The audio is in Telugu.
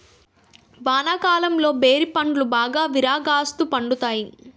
వానాకాలంలో బేరి పండ్లు బాగా విరాగాస్తు పండుతాయి